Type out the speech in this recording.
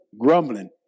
grumbling